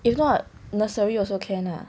if not nursery also can ah